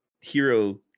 hero